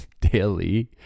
daily